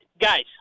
guys